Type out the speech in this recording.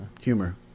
humor